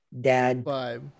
dad